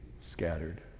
scattered